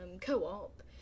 co-op